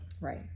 Right